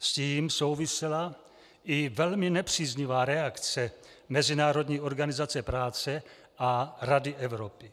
S tím souvisela i velmi nepříznivá reakce Mezinárodní organizace práce a Rady Evropy.